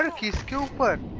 um key skill five